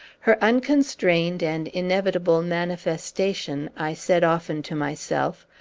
her unconstrained and inevitable manifestation, i said often to myself,